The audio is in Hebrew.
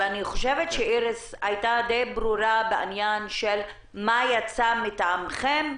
אני חושבת שאיריס היתה די ברורה בעניין של מה יצא מטעמכם.